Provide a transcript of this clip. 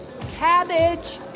Cabbage